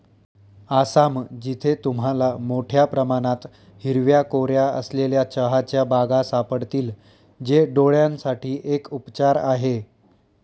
आसाम, जिथे तुम्हाला मोठया प्रमाणात हिरव्या कोऱ्या असलेल्या चहाच्या बागा सापडतील, जे डोळयांसाठी एक उपचार आहे